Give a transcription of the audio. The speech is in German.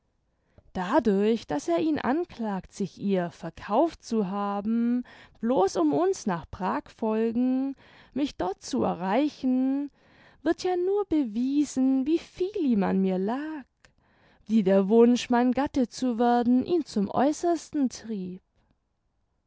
dadurch daß er ihn anklagt sich ihr verkauft zu haben bloß um uns nach prag folgen mich dort zu erreichen wird ja nur bewiesen wie viel ihm an mir lag wie der wunsch mein gatte zu werden ihn zum aeußersten trieb